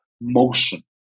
motion